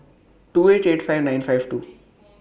two eight eight five nine five two